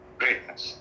greatness